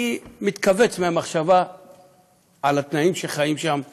אני מתכווץ מהמחשבה על התנאים שבהם חיים שם האזרחים.